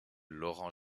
laurent